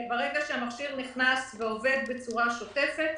ברגע שהמכשיר ייכנס ויעבוד בצורה שוטפת,